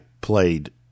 played